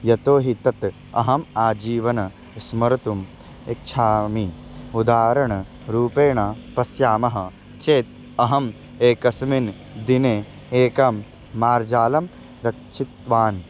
यतो हि तत् अहम् आजीवनं स्मर्तुम् इच्छामि उदाहरणरूपेण पश्यामः चेत् अहम् एकस्मिन् दिने एकं मार्जालं रक्षितवान्